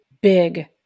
big